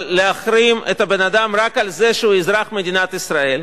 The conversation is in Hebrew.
אבל להחרים בן-אדם רק על זה שהוא אזרח מדינת ישראל,